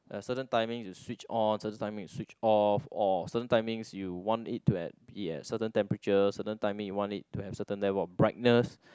at certain timing you switch on certain timing you switch off or certain timings you want it to at be at certain temperature certain timing you want it to have certain level of brightness